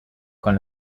con